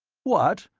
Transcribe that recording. what!